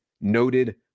noted